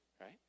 right